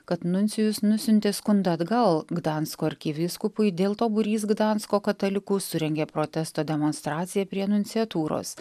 kad nuncijus nusiuntė skundą atgal gdansko arkivyskupui dėl to būrys gdansko katalikų surengė protesto demonstraciją prie nunciatūros